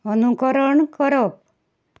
अनुकरण करप